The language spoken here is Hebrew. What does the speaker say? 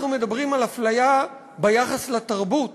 אנחנו מדברים על אפליה ביחס לתרבות